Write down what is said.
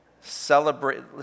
Celebrate